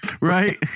Right